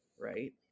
right